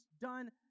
done